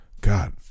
god